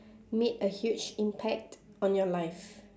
made a huge impact on your life